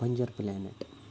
بَنٛجَر planet